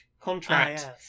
contract